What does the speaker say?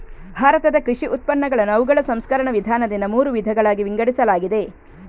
ಭಾರತದ ಕೃಷಿ ಉತ್ಪನ್ನಗಳನ್ನು ಅವುಗಳ ಸಂಸ್ಕರಣ ವಿಧಾನದಿಂದ ಮೂರು ವಿಧಗಳಾಗಿ ವಿಂಗಡಿಸಲಾಗಿದೆ